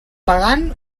pagant